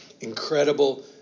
incredible